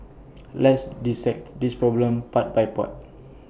let's dissect this problem part by part